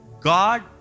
God